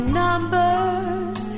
numbers